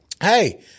Hey